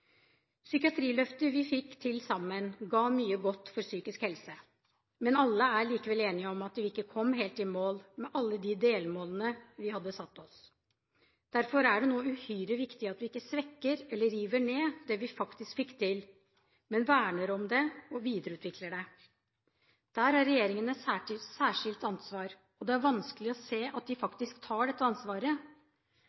Psykiatriløftet vi fikk til sammen, ga mye godt for psykisk helse. Men alle er likevel enige om at vi ikke kom helt i mål med alle de delmålene vi hadde satt oss. Derfor er det nå uhyre viktig at vi ikke svekker eller river ned det vi faktisk fikk til, men verner om det og videreutvikler det. Der har regjeringen et særskilt ansvar, og det er vanskelig å se at de